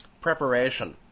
preparation